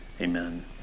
amen